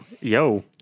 yo